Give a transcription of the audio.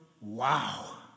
wow